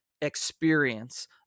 experience